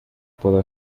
puedo